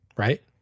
Right